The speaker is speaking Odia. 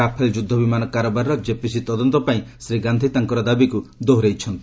ରାଫେଲ ଯୁଦ୍ଧ ବିମାନ କାରବାରର କେପିସି ତଦନ୍ତ ପାଇଁ ଶ୍ରୀ ଗାନ୍ଧି ତାଙ୍କର ଦାବିକୁ ଦୋହରାଇଛନ୍ତି